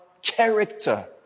character